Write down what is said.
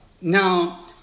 Now